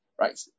right